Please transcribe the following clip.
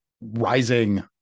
rising